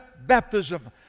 baptism